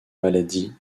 maladies